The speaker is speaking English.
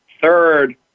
third